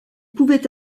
pouvait